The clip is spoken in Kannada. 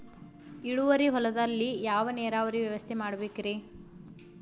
ಇಳುವಾರಿ ಹೊಲದಲ್ಲಿ ಯಾವ ನೇರಾವರಿ ವ್ಯವಸ್ಥೆ ಮಾಡಬೇಕ್ ರೇ?